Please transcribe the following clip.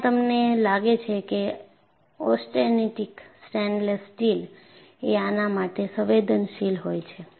અહીંયા તમને લાગે છે કે ઓસ્ટેનિટિક સ્ટેનલેસ સ્ટીલ એ આના માટે સંવેદનશીલ હોય છે